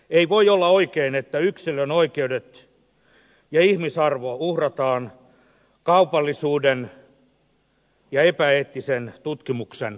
ei voi olla oikein että yksilön oikeudet ja ihmisarvo uhrataan kaupallisuuden ja epäeettisen tutkimuksen alttarilla